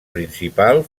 principal